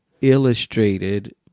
illustrated